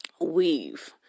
weave